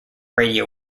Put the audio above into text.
radio